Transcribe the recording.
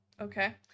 okay